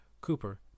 Cooper